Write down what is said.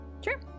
Sure